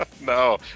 No